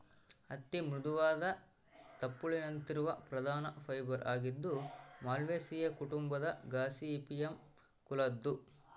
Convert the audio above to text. ಹತ್ತಿ ಮೃದುವಾದ ತುಪ್ಪುಳಿನಂತಿರುವ ಪ್ರಧಾನ ಫೈಬರ್ ಆಗಿದ್ದು ಮಾಲ್ವೇಸಿಯೇ ಕುಟುಂಬದ ಗಾಸಿಪಿಯಮ್ ಕುಲದ್ದು